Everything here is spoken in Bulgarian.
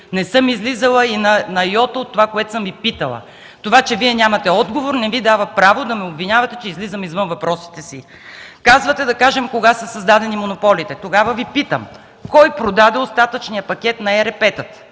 Не съм излизала и на йота от това, което съм Ви питала. Това, че Вие нямате отговор, не Ви дава право да ме обвинявате, че излизам извън въпросите си. Казвате да кажем кога са създадени монополите. Тогава Ви питам: кой продаде остатъчния пакет на ЕРП-тата;